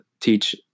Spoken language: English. teach